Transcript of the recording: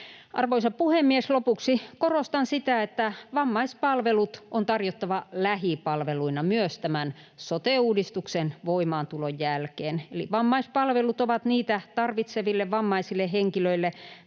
Arvoisa puhemies! Lopuksi korostan sitä, että vammaispalvelut on tarjottava lähipalveluina myös tämän sote-uudistuksen voimaantulon jälkeen, eli vammaispalvelut ovat niitä tarvitseville vammaisille henkilöille